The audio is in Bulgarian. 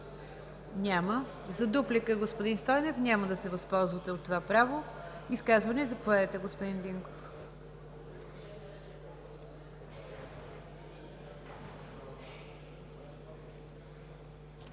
Няма. За дуплика – господин Стойнев? Няма да се възползвате от това право. Изказване? Заповядайте, господин Динков.